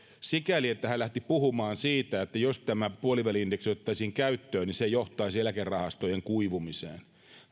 sikäli että hän lähti puhumaan siitä että jos tämä puoliväli indeksi otettaisiin käyttöön se johtaisi eläkerahastojen kuivumiseen